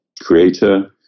creator